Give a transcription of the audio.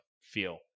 feel